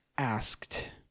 asked